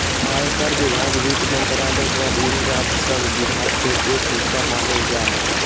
आयकर विभाग वित्त मंत्रालय के अधीन राजस्व विभाग के एक हिस्सा मानल जा हय